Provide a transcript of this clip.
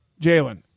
Jalen